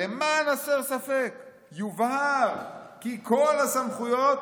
למען הסר ספק יובהר כי כל הסמכויות